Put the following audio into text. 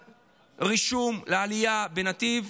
קבלת רישום לעלייה בנתיב,